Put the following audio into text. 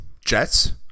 Jets